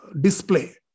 display